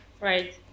Right